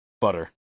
Butter